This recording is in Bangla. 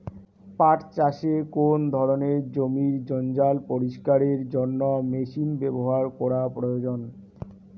পাট চাষে কোন ধরনের জমির জঞ্জাল পরিষ্কারের জন্য মেশিন ব্যবহার করা প্রয়োজন?